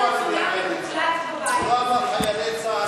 הוא אמר: הם נהרגו על-ידי חיילי צה"ל.